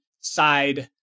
side